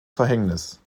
verhängnis